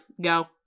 Go